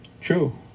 true